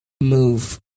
move